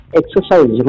exercise